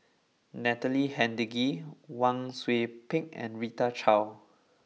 Natalie Hennedige Wang Sui Pick and Rita Chao